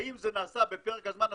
האם זה נעשה בפרק הזמן הסביר?